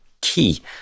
key